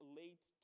late